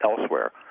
elsewhere